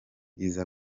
iza